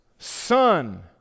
Son